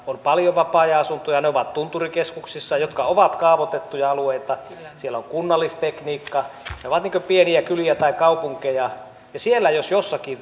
on paljon vapaa ajanasuntoja ne ovat tunturikeskuksissa jotka ovat kaavoitettuja alueita siellä on kunnallistekniikka ne ovat niin kuin pieniä kyliä tai kaupunkeja ja siellä jos jossakin